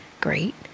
Great